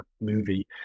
movie